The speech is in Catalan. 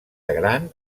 gran